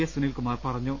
S Sunilkumar പറഞ്ഞു